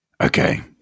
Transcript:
Okay